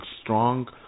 strong